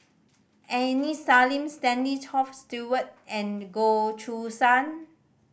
Aini Salim Stanley Toft Stewart and Goh Choo San